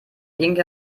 inge